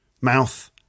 mouth